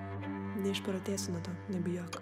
neišprotėsiu nuo to nebijok